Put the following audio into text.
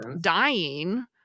dying